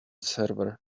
server